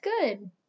good